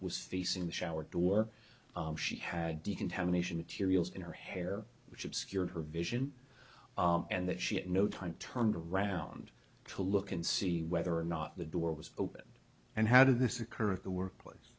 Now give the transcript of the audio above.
was facing the shower door she had decontamination tiriel in her hair which obscured her vision and that she at no time turned around to look and see whether or not the door was open and how did this occur in the workplace